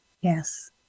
Yes